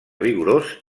vigorós